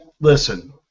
listen